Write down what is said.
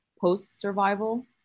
post-survival